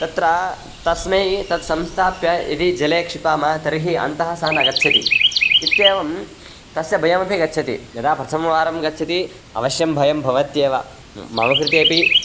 तत्र तस्मै तत् संस्थाप्य यदि जले क्षिपामः तर्हि अन्तः सः न गच्छति इत्येवं तस्य भयमपि गच्छति यदा प्रथमवारं गच्छति अवश्यं भयं भवत्येव मम कृते अपि